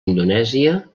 indonèsia